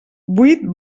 buit